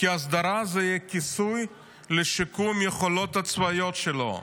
כי הסדרה זה כיסוי לשיקום היכולות הצבאיות שלו.